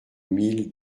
mille